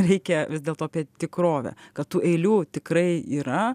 reikia vis dėlto apie tikrovę kad tų eilių tikrai yra